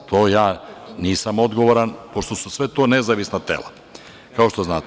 Za to ja nisam odgovoran, pošto su sve to nezavisna tela, kao što znate.